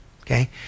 okay